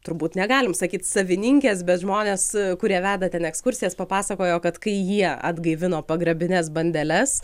turbūt negalim sakyt savininkės bet žmonės kurie veda ten ekskursijas papasakojo kad kai jie atgaivino pagrabinės bandeles